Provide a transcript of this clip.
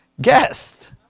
guest